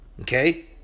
Okay